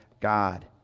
God